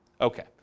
okay